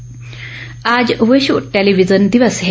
television दिवस आज विश्व टेलीविजन दिवस है